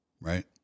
right